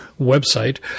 website